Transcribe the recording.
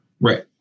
Right